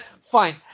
Fine